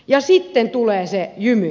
ja sitten tulee se jymy